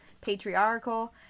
patriarchal